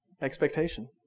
expectation